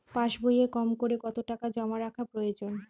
পাশবইয়ে কমকরে কত টাকা জমা রাখা প্রয়োজন?